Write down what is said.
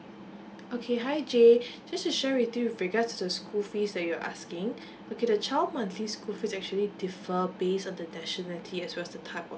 okay hi jay just to share with you with regards to the school fees that you're asking okay the child monthly school fees actually differ based on the nationality as well as the type of